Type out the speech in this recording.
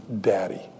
daddy